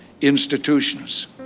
institutions